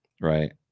right